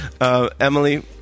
Emily